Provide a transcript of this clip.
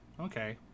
Okay